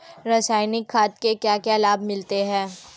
रसायनिक खाद के क्या क्या लाभ मिलते हैं?